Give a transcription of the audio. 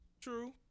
True